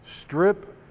strip